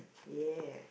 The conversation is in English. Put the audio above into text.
yeah